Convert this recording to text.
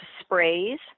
sprays